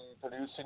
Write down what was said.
producing